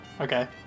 Okay